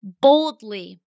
boldly